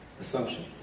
assumption